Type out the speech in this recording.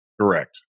Correct